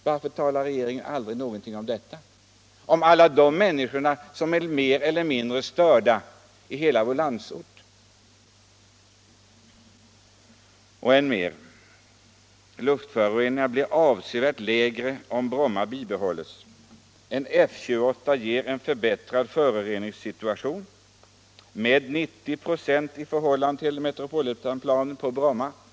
Varför talar regeringen aldrig någonting om detta, om alla de människor i landsorten som är mer eller mindre störda. Och än mer: luftföroreningarna blir avsevärt lägre om Bromma bibehålls. En F-28 ger i förhållande till Metropolitanplanen en med 90 96 förbättrad miljösituation på Bromma.